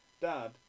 Dad